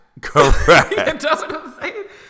Correct